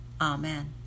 Amen